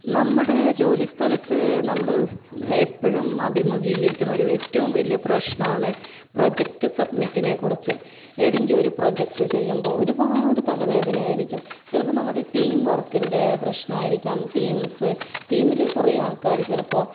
നമ്മുടെ ജോലിസ്ഥലത്ത് നമ്മള് എപ്പോഴും അഭിമുഖീകരിക്കുന്നൊരു ഏറ്റവും വലിയ പ്രശ്നമാണ് പ്രൊജക്റ്റ് സബ്മിറ്റിനെക്കുറിച്ച് ഏതെങ്കിലും ഒരു പ്രൊജക്റ്റ് ചെയുമ്പോൾ ഒരുപാട് തലവേദന ആയിരിക്കും ചിലപ്പം നമ്മുടെ ടീം വർക്കിൻ്റെ പ്രശ്നായിരിക്കാം ടീംസ് ടീമില് കുറേ ആൾക്കാര് ചിലപ്പോൾ